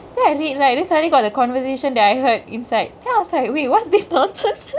then I read right then suddenly got the conversation that I heard inside then I was like wait what is this nonsense